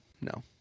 No